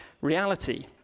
reality